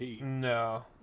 No